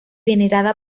venerada